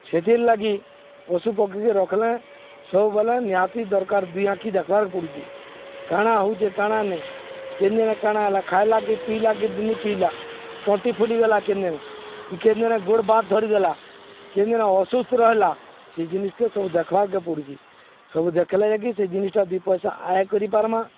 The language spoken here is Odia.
ସେଥିର୍ ଲାଗି ପଶୁ ପକ୍ଷୀକି ରଖିଲ ସବୁବେଲେ ନିହାତି ଦରକାର ଦୁଇ ଆଙ୍ଖି ଦେଖବାର ପଡ଼ୁଚି କାଣା ହଉଚେ କାଣା ନାଇଁ କାଣା ନେଇ କାଣା ହେଲା ଖାଇଲା କି ପିଇଲା କି ଦିନି ପିଇଲା ଟଣ୍ଟି ଫୁଲିଗଲା କେନଦିନେ କେନଦିନେ ଗୋଡ଼ ଭାତ ଧରିଦେଲା କେନଦିନେ ଅସୁସ୍ଥ ରହିଲା ସେ ଜିନିଷକେ ସବୁ ଦେଖବାରକେ ପଡ଼ୁଚି ସବୁ ଦେଖଲା ଯାଇକି ସେ ଜିନିଷଟା ଦୁଇ ପଇସା ଆୟ କରିପାର୍ମା